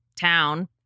town